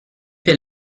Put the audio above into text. fait